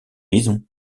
maisons